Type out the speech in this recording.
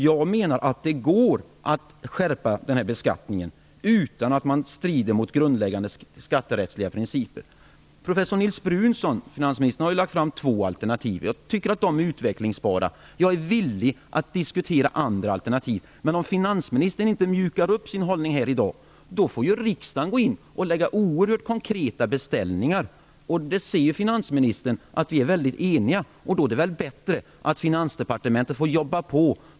Jag menar att det går att skärpa den här beskattningen utan att det strider mot grundläggande skatterättsliga principer. Finansministern har lagt fram två alternativ, och jag tycker att de är utvecklingsbara. Jag är villig att diskutera andra alternativ. Men om finansministern inte mjukar upp sin hållning här i dag får ju riksdagen gå in och lägga fram oerhört konkreta beställningar. Finansministern ser ju att vi är eniga, och då är det väl bättre att Finansdepartementet får jobba på.